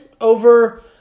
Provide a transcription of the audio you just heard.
over